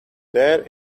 there